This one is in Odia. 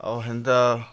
ଆଉ ହେନ୍ତା